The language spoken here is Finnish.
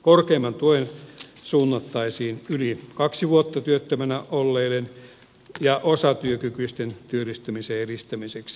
korkein tuki suunnattaisiin yli kaksi vuotta työttömänä olleiden ja osatyökykyisten työllistymisen edistämiseksi